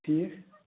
ٹھیٖک